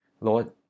Lord